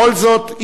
בכל זאת,